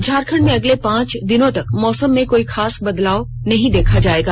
झारखंड में अगले पांच दिनों तक मौसम में कोई खास बदलाव नहीं देखा जाएगा